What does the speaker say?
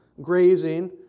grazing